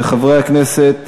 של חברי הכנסת